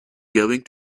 going